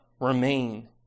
remain